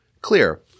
clear